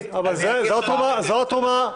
הלוי.